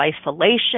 isolation